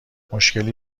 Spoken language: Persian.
مشکلی